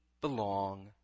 belong